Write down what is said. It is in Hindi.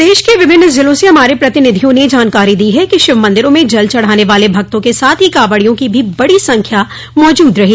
प्रदेश के विभिन्न जिलों से हमारे प्रतिनिधियों ने जानकारी दी है कि शिव मंदिरों में जल चढ़ाने वाले भक्तों के साथ ही कावंड़ियों की भी बड़ी संख्या मौजूद रही